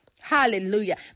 Hallelujah